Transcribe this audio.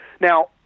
Now